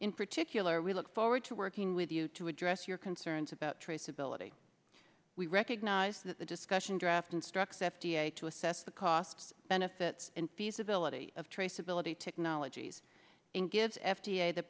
in particular we look forward to working with you to address your concerns about traceability we recognize that the discussion draft instructs f d a to assess the cost benefits and feasibility of traceability technologies and give f d a the